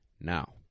Now